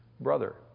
brother